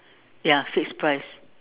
ya fixed price